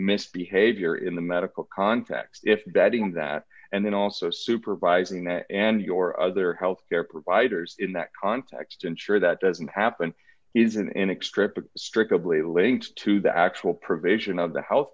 misbehavior in the medical context if betting that and then also supervising that and your other health care providers in that context ensure that doesn't happen isn't an extract the strictly linked to the actual provision of the health